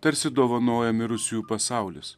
tarsi dovanoja mirusiųjų pasaulis